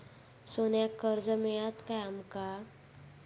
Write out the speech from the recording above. सोन्याक कर्ज मिळात काय आमका?